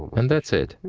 and that's it.